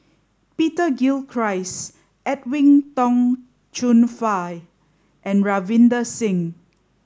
Peter Gilchrist Edwin Tong Chun Fai and Ravinder Singh